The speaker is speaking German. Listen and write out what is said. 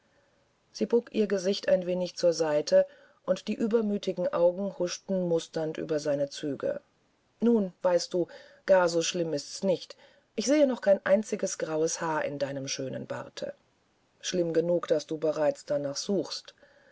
sie bog ihr gesicht ein wenig zur seite und die übermütigen augen huschten musternd über seine züge nun weißt du gar so schlimm ist's nicht ich sehe noch kein einziges graues haar in deinem schönen barte schlimm genug wenn du bereits danach suchst